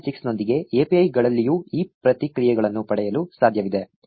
6 ನೊಂದಿಗೆ API ಗಳಲ್ಲಿಯೂ ಈ ಪ್ರತಿಕ್ರಿಯೆಗಳನ್ನು ಪಡೆಯಲು ಸಾಧ್ಯವಿದೆ